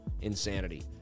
Insanity